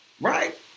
Right